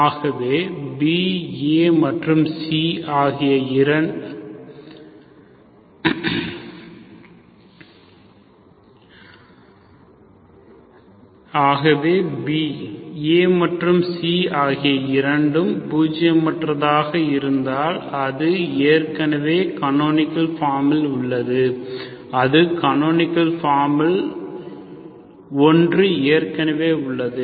ஆகவே BA மற்றும் C ஆகிய இரண்டும் பூஜ்ஜியமாக இருந்தால் அது ஏற்கனவே கனோனிக்கள் ஃபார்மில் உள்ளது சரி அது கனோனிக்கள் ஃபார்மில் ஒன்று ஏற்கனவே உள்ளது